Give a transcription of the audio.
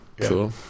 Cool